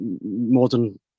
modern